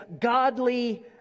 godly